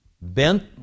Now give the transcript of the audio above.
bent